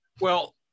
Well-